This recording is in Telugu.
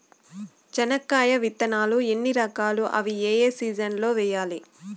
చెనక్కాయ విత్తనాలు ఎన్ని రకాలు? అవి ఏ ఏ సీజన్లలో వేయాలి?